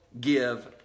Give